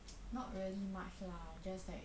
not really much lah just like